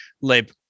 Lib